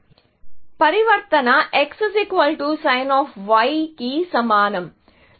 పరివర్తన Xsin కి సమానం